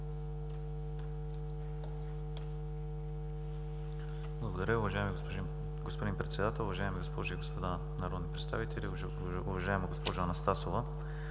Благодаря. Уважаеми господин Председател, уважаеми госпожи и господа народни представители, уважаема госпожа Анастасов!